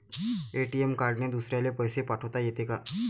ATM कार्डने दुसऱ्याले पैसे पाठोता येते का?